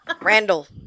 Randall